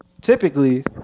Typically